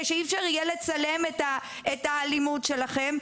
שאי אפשר יהיה לצלם את האלימות שלכם,